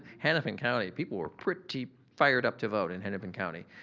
hennepin county people were pretty fired up to vote in hennepin county.